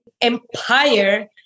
empire